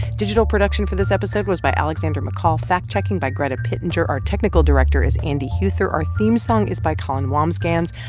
digital production for this episode was by alexander mccall, fact-checking by greta pittenger. our technical director is andy huether. our theme song is by colin wambsgans.